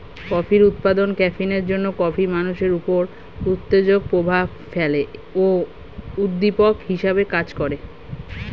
কফির উপাদান ক্যাফিনের জন্যে কফি মানুষের উপর উত্তেজক প্রভাব ফেলে ও উদ্দীপক হিসেবে কাজ করে